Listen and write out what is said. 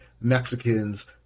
Mexicans